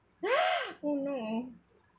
!huh! oh no